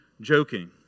joking